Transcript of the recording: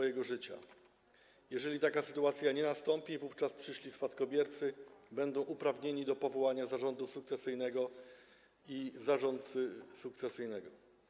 Jeżeli taka sytuacja nie nastąpi, wówczas przyszli spadkobiercy będą uprawnieni do powołania zarządu sukcesyjnego i zarządcy sukcesyjnego.